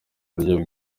buryo